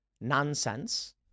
nonsense